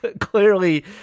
clearly